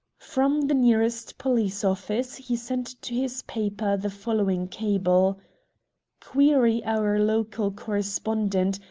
from the nearest post-office he sent to his paper the following cable query our local correspondent,